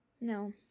No